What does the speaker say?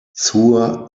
zur